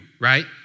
right